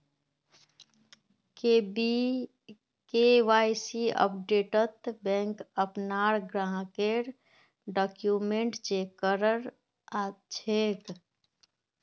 KYC अपडेटत bank अपनार ग्राहकेर डॉक्यूमेंट चेक कर छेक